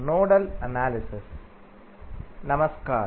நமஸ்கார்